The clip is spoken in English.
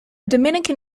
dominican